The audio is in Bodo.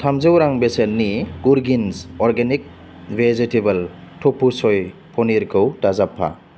थामजौ रां बेसेननि मुरगिन्स अर्गेनिक वेजितिबोल त'फु सय पनिरखौ दाजाबफा